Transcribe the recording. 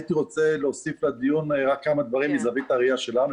הייתי רוצה להוסיף לדיון רק כמה דברים מזווית הראיה שלנו.